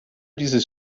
dieses